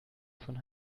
von